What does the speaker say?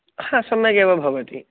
हा सम्यगेव भवति